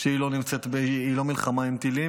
היא לא מלחמה עם טילים,